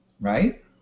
right